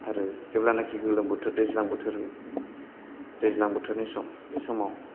आरो जेब्लानोखि गोलोम बोथोर दैज्लां बोथोरनि सम बे समाव